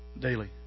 daily